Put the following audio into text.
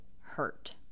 hurt